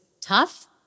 tough